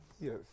Yes